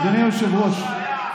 אדוני היושב-ראש.